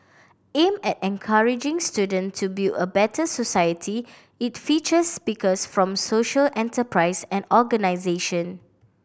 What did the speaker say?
aimed at encouraging students to build a better society it features speakers from social enterprises and organisations